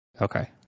Okay